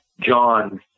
John